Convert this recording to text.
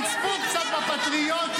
תצפו קצת בפטריוטים,